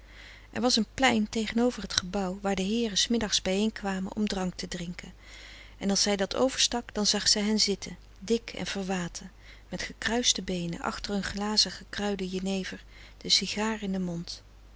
er was een plein tegenover het gebouw waar de heeren s middags bijeenkwamen om drank te drinken en als zij dat overstak dan zag zij hen zitten dik en verwaten met gekruiste beenen achter hun glazen gekruiden jenever de sigaar in den mond